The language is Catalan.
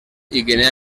guinea